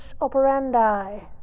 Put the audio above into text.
operandi